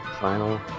final